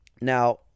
Now